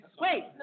Wait